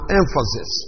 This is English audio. emphasis